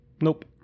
Nope